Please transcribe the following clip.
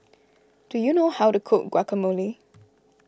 do you know how to cook Guacamole